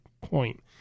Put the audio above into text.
point